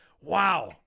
Wow